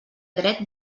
dret